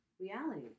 reality